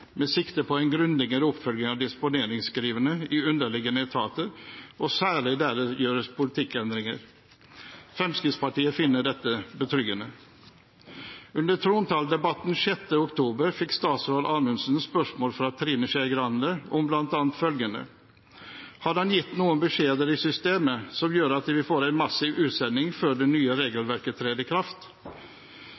grundigere oppfølging av disponeringsskrivene i underliggende etater, og særlig der det gjøres politikkendringer. Fremskrittspartiet finner dette betryggende. Under trontaledebatten 6. oktober fikk statsråd Anundsen spørsmål fra Trine Skei Grande om bl.a. følgende: «Har han gitt noen beskjeder i systemet som gjør at vi får en massiv utsending før det nye regelverket trer i kraft?»